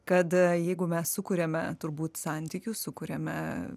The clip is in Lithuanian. kad jeigu mes sukuriame turbūt santykius sukuriame